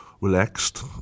relaxed